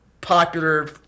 popular